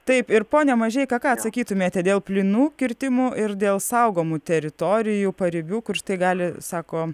taip ir pone mažeika ką atsakytumėte dėl plynų kirtimų ir dėl saugomų teritorijų paribių kur štai gali sako